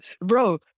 Bro